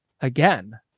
again